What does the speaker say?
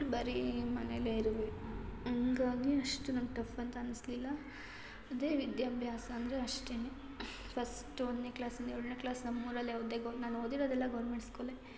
ಬರೀ ಮನೆಯಲ್ಲೇ ಇರಬೇಕು ಹಂಗಾಗಿ ಅಷ್ಟು ನಂಗೆ ಟಫ್ ಅಂತ ಅನಿಸ್ಲಿಲ್ಲ ಅದೇ ವಿದ್ಯಾಭ್ಯಾಸ ಅಂದರೆ ಅಷ್ಟೇ ಫಸ್ಟ್ ಒಂದನೇ ಕ್ಲಾಸಿಂದ ಏಳನೇ ಕ್ಲಾಸ್ ನಮ್ಮ ಊರಲ್ಲೇ ಓದಿದೆ ಗೊ ನಾನು ಓದಿರೋದೆಲ್ಲ ಗೌರ್ಮೆಂಟ್ ಸ್ಕೂಲೇ